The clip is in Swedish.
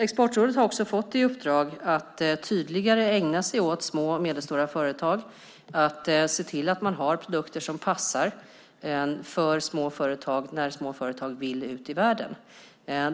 Exportrådet har också fått i uppdrag att tydligare ägna sig åt små och medelstora företag, att se till att man har produkter som passar för små företag när små företag vill ut i världen.